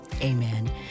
Amen